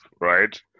right